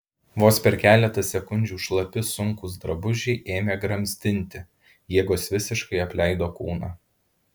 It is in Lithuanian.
vos per keletą sekundžių šlapi sunkūs drabužiai ėmė gramzdinti jėgos visiškai apleido kūną